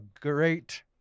great